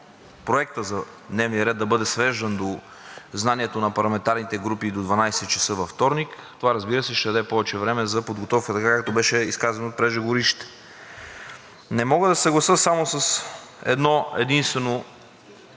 Проектът за дневен ред да бъде свеждан до знанието на парламентарните групи до 12,00 ч. във вторник, това, разбира се, ще даде повече време за подготовка, така както беше изказано от преждеговорившите. Не мога да се съглася само с едно-единствено